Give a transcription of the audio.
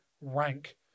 rank